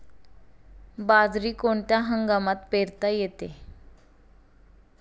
बाजरी कोणत्या हंगामात पेरता येते?